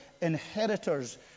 inheritors